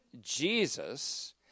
Jesus